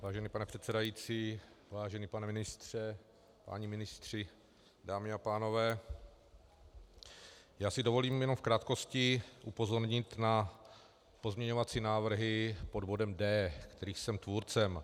Vážený pane předsedající, vážený pane ministře, páni ministři, dámy a pánové, já si dovolím jenom v krátkosti upozornit na pozměňovací návrhy pod bodem D, kterých jsem tvůrcem.